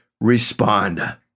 respond